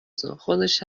تون، خودش